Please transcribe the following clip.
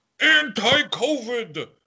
Anti-COVID